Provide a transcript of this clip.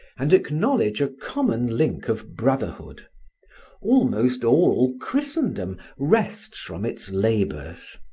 and acknowledge a common link of brotherhood almost all christendom rests from its labours.